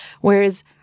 Whereas